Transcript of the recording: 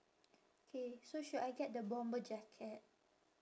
K so should I get the bomber jacket